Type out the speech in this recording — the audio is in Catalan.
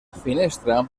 finestra